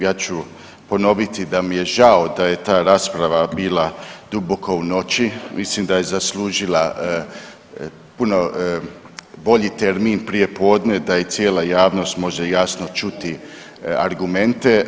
Ja ću ponoviti da mi je žao da je ta rasprava bila duboko u noći, mislim da je zaslužila puno bolji termin prijepodne da i cijela javnost može jasno čuti argumente.